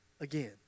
again